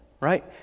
right